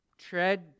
tread